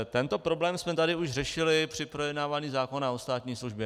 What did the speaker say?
Tento problém jsme tady už řešili při projednávání zákona o státní službě.